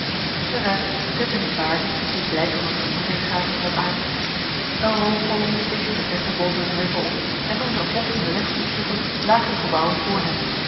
de ruiters zetten hunne paarden die blijken van vermoeidheid gaven wat aan eene rookkolom steeg in de verte boven een heuvel op en toen ze eene bocht van den weg omsloegen lagen de gebouwen voor hen